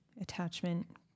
attachment